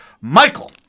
Michael